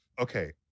okay